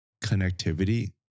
connectivity